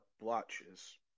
blotches